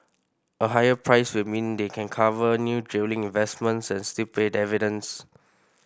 a higher price will mean they can cover new drilling investments and still pay dividends